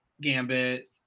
gambit